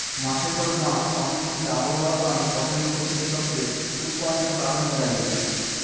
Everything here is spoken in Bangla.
মাসের পর মাস অনিশ্চিত আবহাওয়ার কারণে ফসলের ক্ষতি কৃষকদের উৎকন্ঠার কারণ হয়ে দাঁড়িয়েছে